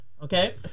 okay